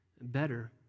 better